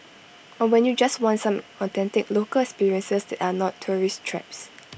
or when you just want some authentic local experiences are not tourist traps